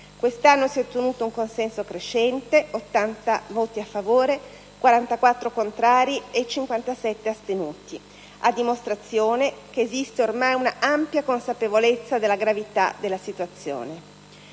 Quest'anno si è ottenuto un consenso crescente (80 voti a favore, 44 contrari e 57 astenuti, a dimostrazione che esiste ormai un'ampia consapevolezza della gravità della situazione.